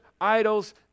idols